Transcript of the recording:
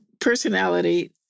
personality